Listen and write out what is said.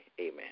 Amen